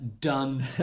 done